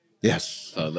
Yes